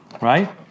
right